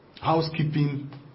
housekeeping